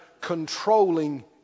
controlling